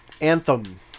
Anthem